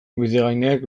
bidegainek